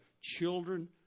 children